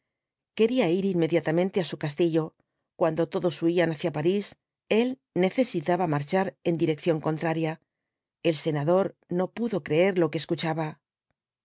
quería ir inmediatamente á su castillo cuando todos huían hacia parís él necesitaba marchar en dirección contraria el senador no pudo creer lo que escuchaba